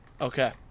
Okay